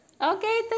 Okay